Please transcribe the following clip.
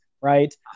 right